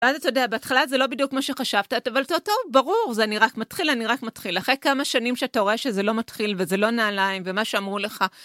ואז אתה יודע, בהתחלה זה לא בדיוק מה שחשבת, אבל זה אותו, ברור, זה אני רק מתחיל, אני רק מתחיל. אחרי כמה שנים שאתה רואה שזה לא מתחיל וזה לא נעליים ומה שאמרו לך